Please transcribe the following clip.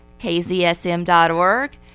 KZSM.org